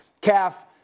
calf